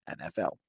NFL